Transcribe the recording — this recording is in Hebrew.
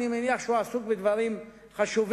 אני מניח שהוא עסוק בדברים חשובים,